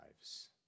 lives